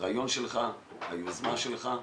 הרעיון שלך, היוזמה שלך.